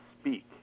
speak